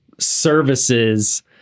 services